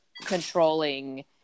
controlling